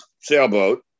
sailboat